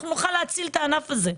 ואנחנו נוכל להציל את הענף הזה.